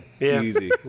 Easy